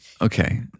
Okay